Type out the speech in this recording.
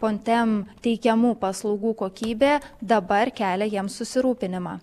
pontem teikiamų paslaugų kokybė dabar kelia jiems susirūpinimą